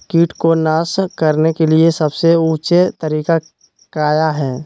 किट को नास करने के लिए सबसे ऊंचे तरीका काया है?